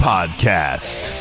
Podcast